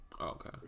okay